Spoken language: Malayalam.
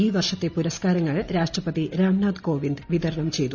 ഈ വർഷത്തെ പുരസ്കാരങ്ങൾരാഷ്ട്രപതിരാംനാഥ്കോവിന്ദ്വിതരണംചെ യ്തു